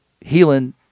healing